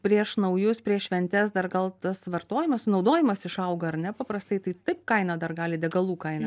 prieš naujus prieš šventes dar gal tas vartojimas sunaudojimas išauga ar ne paprastai tai taip kaina dar gali degalų kaina